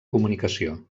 comunicació